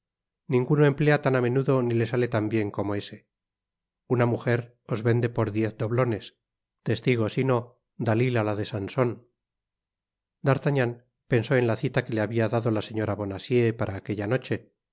ninguno emplea tan amenudo ni le sale tan bien como ese una muger os vende por diez doblones testigo sino dalila la de sanson d'artagnan pensó en la cita que le habia dado la señora bonacieux para aquella noche